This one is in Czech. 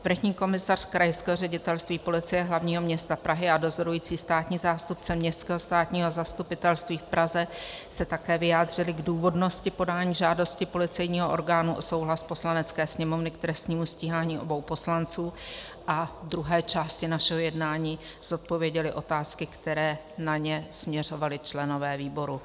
Vrchní komisař Krajského ředitelství Policie hlavního města Prahy a dozorující státní zástupce Městského státního zastupitelství v Praze se také vyjádřili k důvodnosti podání žádosti policejního orgánu o souhlas Poslanecké sněmovny k trestnímu stíhání obou poslanců a v druhé části našeho jednání zodpověděli otázky, které na ně směřovali členové výboru.